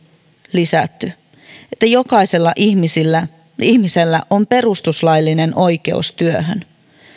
lisätty että jokaisella ihmisellä on perustuslaillinen oikeus työhön